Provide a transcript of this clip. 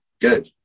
Good